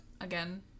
again